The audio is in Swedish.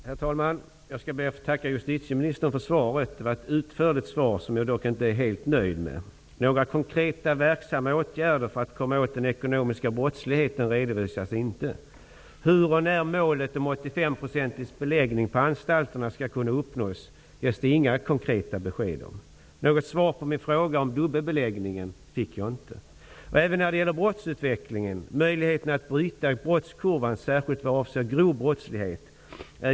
Herr talman! Jag ber att få tacka justitieministern för svaret. Det var ett utförligt svar som jag dock inte är helt nöjd med. Några konkreta och verksamma åtgärder för att komma åt den ekonomiska brottsligheten redovisas inte. Det ges inte några konkreta besked om hur och när målet om 85-procentig beläggning på anstalterna skall kunna uppnås. Något svar på min fråga om dubbelbeläggningen fick jag inte. Justitieministerns svar var ganska magert även när det gäller möjligheten att bryta brottsutvecklingen, särskilt vad avser grov brottslighet.